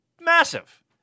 massive